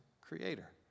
Creator